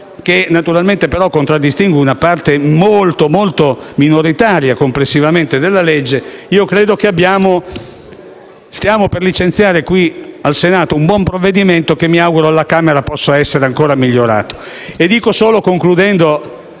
però naturalmente contraddistingue una parte decisamente minoritaria complessivamente del disegno di legge, credo che stiamo per licenziare qui al Senato un buon provvedimento che mi auguro alla Camera possa essere ancora migliorato.